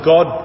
God